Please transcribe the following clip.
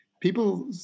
people